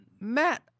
Matt